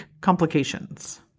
complications